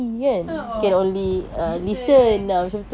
a'ah listen